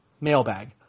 mailbag